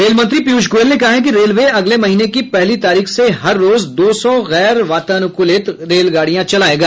रेलमंत्री पीयूष गोयल ने कहा है कि रेलवे अगले महीने की पहली तारीख से हर रोज दो सौ गैर वातानुकुलित रेलगाड़ियां चलाएगा